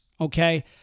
okay